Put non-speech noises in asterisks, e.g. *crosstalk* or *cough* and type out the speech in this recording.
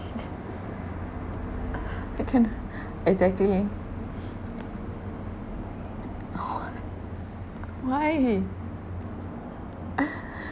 *laughs* we can exactly *laughs* why *laughs*